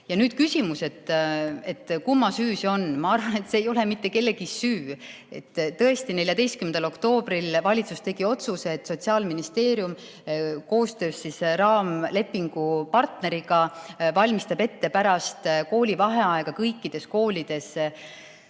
Ja nüüd küsimus, kumma süü see on. Ma arvan, et see ei ole mitte kellegi süü. Tõesti, 14. oktoobril valitsus tegi otsuse, et Sotsiaalministeerium koostöös raamlepingupartneriga valmistab ette pärast koolivaheaega kõikides koolides skriiningu